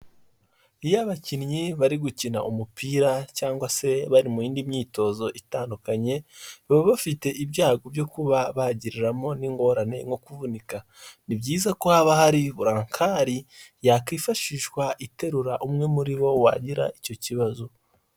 Iyo abakinnyi bari gukina umupira cyangwa se bari mu yindi myitozo itandukanye, baba bafite ibyago byo kuba bagiriramo n'ingorane nko kuvunika. Ni byiza ko haba hari bulankari yakwifashishwa iterura umwe muri bo wagira icyo kibazo.